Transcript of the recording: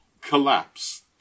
collapse